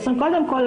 תשובה.